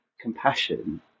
Compassion